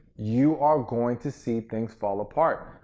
you are going to see things fall apart.